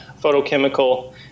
photochemical